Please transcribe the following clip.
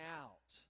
out